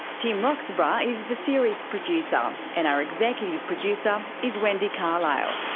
tim roxburgh ah is the series producer, um and our executive producer is wendy carlisle.